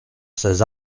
ces